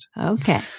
Okay